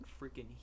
freaking